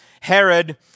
Herod